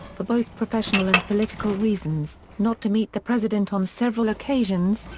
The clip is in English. for both professional and political reasons, not to meet the president on several occasions,